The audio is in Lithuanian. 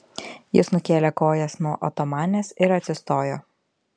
jis nukėlė kojas nuo otomanės ir atsistojo